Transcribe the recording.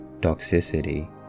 toxicity